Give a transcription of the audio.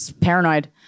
Paranoid